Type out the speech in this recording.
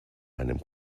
einem